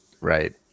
Right